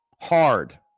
hard